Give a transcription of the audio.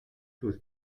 plus